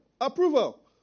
Approval